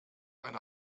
eine